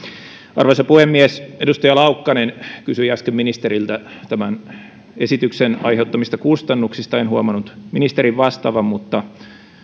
arvoisa puhemies edustaja laukkanen kysyi äsken ministeriltä tämän esityksen aiheuttamista kustannuksista en huomannut ministerin vastaavan mutta